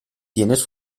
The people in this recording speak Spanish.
tienes